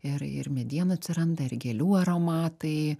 ir ir mediena atsiranda ir gėlių aromatai